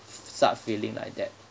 start feeling like that